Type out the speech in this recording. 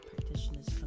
practitioners